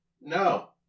No